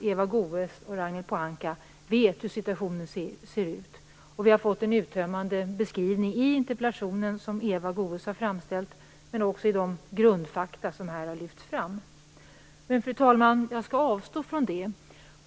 Eva Goës och Ragnhild Pohanka vet hur situationen ser ut. Vi har fått en uttömmande beskrivning i den interpellation som Eva Goës har framställt och i de grundfakta som här har lyfts fram. Fru talman! Jag skall avstå från det.